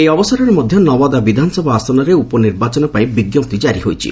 ଏହି ଅବସରରେ ମଧ୍ୟ ନୱାଦା ବିଧାନସଭା ଆସନରେ ଉପନିର୍ବାଚନ ପାଇଁ ବିଜ୍ଞପ୍ତି କାରି ହୋଇଛି